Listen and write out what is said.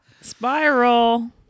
Spiral